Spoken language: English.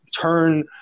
turn